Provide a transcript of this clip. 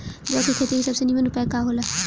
जौ के खेती के सबसे नीमन उपाय का हो ला?